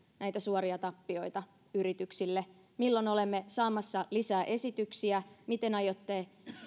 näitä suoria tappioita yrityksille milloin olemme saamassa lisää esityksiä miten aiotte